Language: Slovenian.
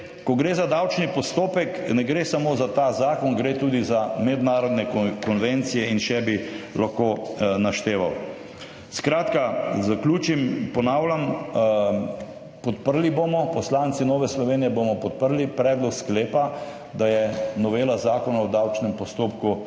Ko gre za davčni postopek, ne gre samo za ta zakon, gre tudi za mednarodne konvencije in še bi lahko našteval. Skratka, da zaključim. Ponavljam, poslanci Nove Slovenije bomo podprli predlog sklepa, da je novela Zakona o davčnem postopku